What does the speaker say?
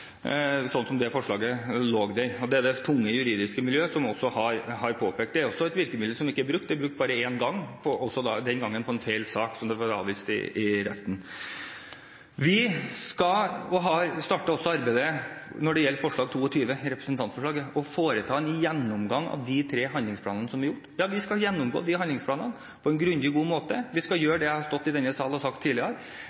sånn som det forslaget lå der, og det er det tunge juridiske miljø som også har påpekt. Det er også et virkemiddel som ikke er brukt. Det er brukt bare én gang – den gangen på en feil sak, som ble avvist i retten. Vi skal – og har også startet arbeidet med det når det gjelder representantforslag 20 S – foreta en gjennomgang av de tre handlingsplanene som er fremmet. Vi skal gjennomgå de handlingsplanene på en grundig og god måte. Vi skal